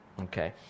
Okay